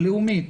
"לאומית",